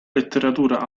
letteratura